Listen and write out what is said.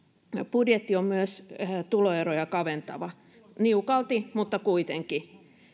budjetti on myös tuloeroja kaventava niukalti mutta kuitenkin